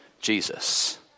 Jesus